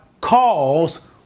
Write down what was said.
calls